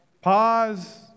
Pause